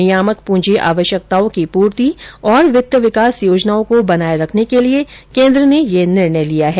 नियामक पूंजी आवश्यकताओं की पूर्ति और वित्त विकास योजनाओं को बनाए रखने के लिए केन्द्र ने ये निर्णय लिया है